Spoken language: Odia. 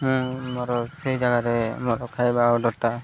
ମୁଁ ମୋର ସେଇ ଜାଗାରେ ମୋର ଖାଇବା ଅର୍ଡରଟା